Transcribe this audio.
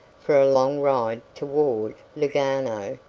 for a long ride toward lugano,